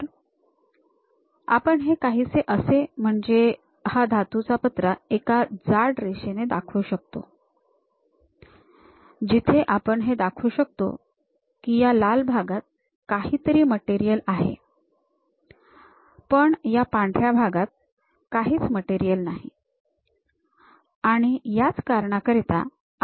तर आपण हे काहीसे असे म्हणजे हा धातूचा पत्रा एका जाड रेषेने दाखवू शकतो जिथे आपण हे दाखवू शकतो की या लाल भागात काहीतरी मटेरियल आहे पण या पांढऱ्या भागात काहीच मटेरियल नाही आणि याच कारणाकरिता आपल्याला सेक्शन्स ची गरज असते